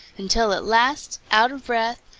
until at last, out of breath,